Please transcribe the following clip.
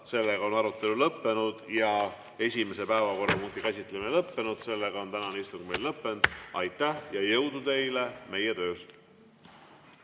Sellega on arutelu lõppenud. Esimese päevakorrapunkti käsitlemine on lõppenud, sellega on tänane istung lõppenud. Aitäh ja jõudu teile meie töös!